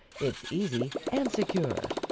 it's easy and secure,